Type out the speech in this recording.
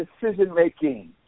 decision-making